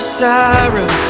sorrow